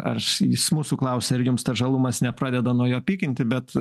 ar jis mūsų klausia ar jums tas žalumas nepradeda nuo jo pykinti bet